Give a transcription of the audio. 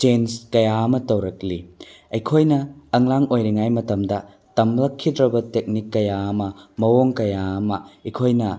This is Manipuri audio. ꯆꯦꯟꯁ ꯀꯌꯥ ꯑꯃ ꯇꯧꯔꯛꯂꯤ ꯑꯩꯈꯣꯏꯅ ꯑꯉꯥꯡ ꯑꯣꯏꯔꯤꯉꯩ ꯃꯇꯠꯗ ꯇꯝꯂꯛꯈꯤꯗ꯭ꯔꯕ ꯇꯦꯛꯅꯤꯛ ꯀꯌꯥ ꯑꯃ ꯃꯑꯣꯡ ꯀꯌꯥ ꯑꯃ ꯑꯩꯈꯣꯏꯅ